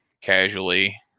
casually